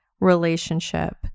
relationship